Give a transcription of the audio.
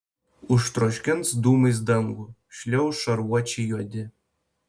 užtroškins dūmais dangų šliauš šarvuočiai juodi